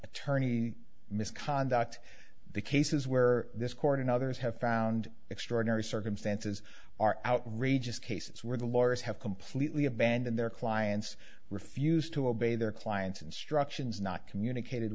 attorney misconduct the cases where this court and others have found extraordinary circumstances are outrageous cases where the lawyers have completely abandoned their clients refused to obey their client's instructions not communicated